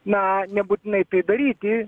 na nebūtinai tai daryti